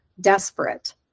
desperate